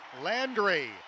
landry